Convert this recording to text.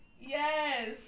yes